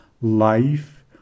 Life